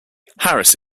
harris